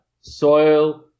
Soil